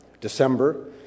December